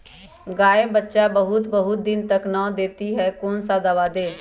गाय बच्चा बहुत बहुत दिन तक नहीं देती कौन सा दवा दे?